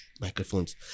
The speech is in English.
microphones